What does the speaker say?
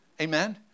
Amen